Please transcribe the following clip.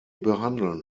behandeln